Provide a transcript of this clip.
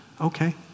Okay